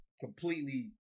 completely